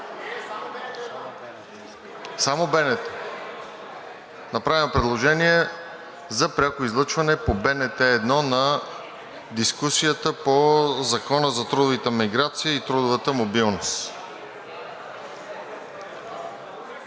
ЖЕЛЯЗКОВ: Направено е предложение за пряко излъчване по БНТ 1 на дискусията по Закона за трудовата миграция и трудовата мобилност.